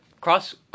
Cross